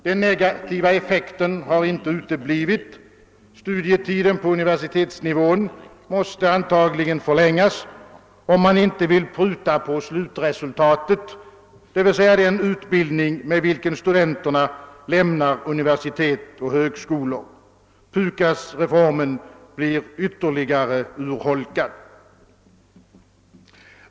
Den negativa effekten har inte uteblivit: studietiden på universi tetsnivån måste antagligen förlängas om man inte vill pruta på slutresultatet, dvs. den utbildning med vilken studenterna lämnar universitet och högskolor. PUKAS-reformen blir ytterligare urholkad.